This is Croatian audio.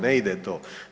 Ne ide to.